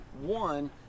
one